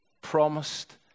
promised